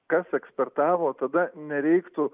kas ekspertavo tada nereiktų